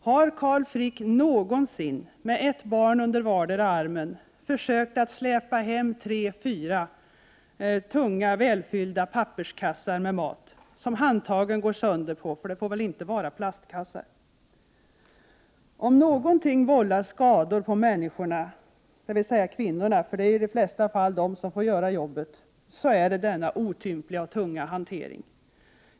Har Carl Frick någonsin, med ett barn under vardera armen, försökt att släpa hem tre, fyra tunga välfyllda papperskassar med mat — som handtagen går sönder på, för de får väl inte vara plastkassar? Om någonting vållar skador på människorna — dvs. kvinnorna, eftersom det i de flesta fall är de som får göra jobbet — så är det denna otympliga och tunga hantering.